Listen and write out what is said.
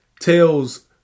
tells